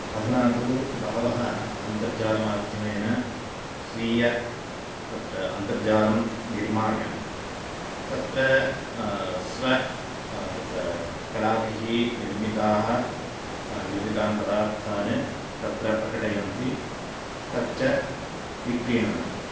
अधुना तु बहवः अन्तर्जालमाध्यमेन स्वीय तत्र अन्तर्जालं निर्माय तत्र स्व तत्र कलाभिः निर्मिताः निर्मितान् पदार्थान् तत्र प्रकटयन्ति तच्च विक्रीणन्ति